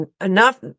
enough